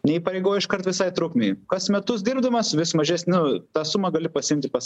neįpareigojo iškart visai trukmei kas metus dirbdamas vis mažesniu tą sumą gali pasiimti pas